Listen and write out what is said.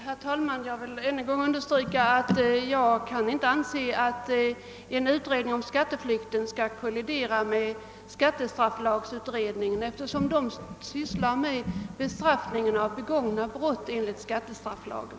Herr talman! Jag vill ännu en gång understryka att jag inte kan anse att en utredning om skatteflykten behöver kollidera med skattestrafflagutredningen, eftersom den sysslar med bestraffningen av begångna brott enligt skattestrafflagen.